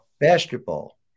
basketball